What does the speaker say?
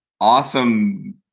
awesome